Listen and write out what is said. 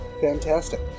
Fantastic